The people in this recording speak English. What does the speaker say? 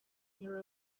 near